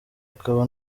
akaba